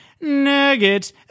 Nuggets